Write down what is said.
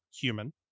human